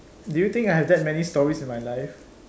do you think I have that many stories in my life